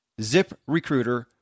ZipRecruiter